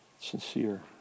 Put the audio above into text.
sincere